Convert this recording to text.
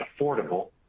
affordable